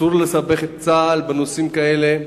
אסור לסבך את צה"ל בנושאים כאלה.